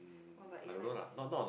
oh but if like you can